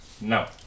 No